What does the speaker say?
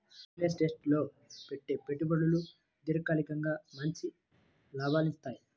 real estate లో పెట్టే పెట్టుబడులు దీర్ఘకాలికంగా మంచి లాభాలనిత్తయ్యి